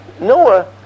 Noah